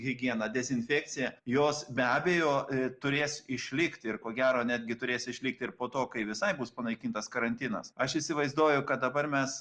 higiena dezinfekcija jos be abejo turės išlikti ir ko gero netgi turės išlikti ir po to kai visai bus panaikintas karantinas aš įsivaizduoju kad dabar mes